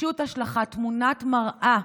פשוט השלכה, תמונת מראה.